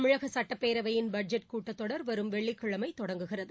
தமிழக சட்டப்பேரவையின் பட்ஜெட் கூட்டத்தொடர் வரும் வெள்ளிக்கிழமை தொடங்குகிறது